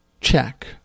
check